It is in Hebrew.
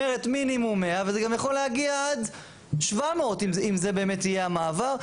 אומרת מינימום 100 וזה גם יכול להגיע עד 700 אם זה באמת יהיה המעבר.